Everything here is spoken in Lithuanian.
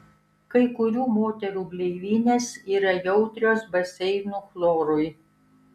kai kurių moterų gleivinės yra jautrios baseinų chlorui